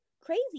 crazy